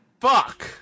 Fuck